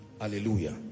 Hallelujah